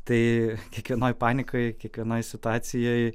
tai kiekvienoj panikoj kiekvienoj situacijoj